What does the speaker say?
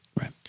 right